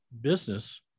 business